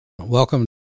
Welcome